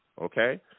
okay